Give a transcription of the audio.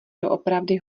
doopravdy